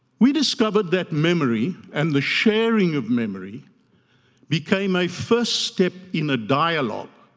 we discovered that memory and the sharing of memory became a first step in a dialogue